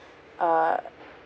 err